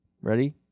Ready